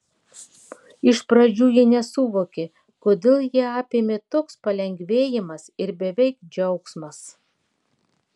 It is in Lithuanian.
iš pradžių ji nesuvokė kodėl ją apėmė toks palengvėjimas ir beveik džiaugsmas